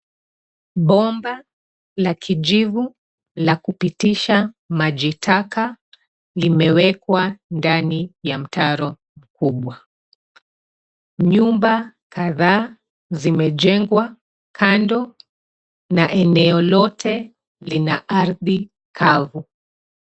Bomba la kijivu la kupitisha maji taka limewekwa ndani ya mtaro kubwa. Nyumba kadhaa zimejengwa kandoo na eneo lote lina ardhi kavu.